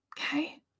Okay